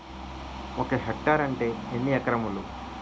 ఒక హెక్టార్ అంటే ఎన్ని ఏకరములు?